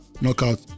knockout